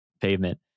pavement